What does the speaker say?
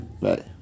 right